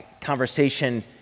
conversation